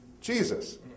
Jesus